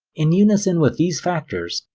in unison with these factors,